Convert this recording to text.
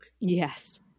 Yes